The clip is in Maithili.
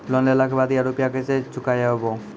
लोन लेला के बाद या रुपिया केसे चुकायाबो?